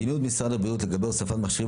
מדיניות משרד הבריאות לגבי הוספת מכשירים